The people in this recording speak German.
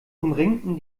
umringten